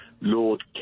Lord